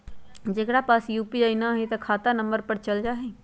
जेकरा पास यू.पी.आई न है त खाता नं पर चल जाह ई?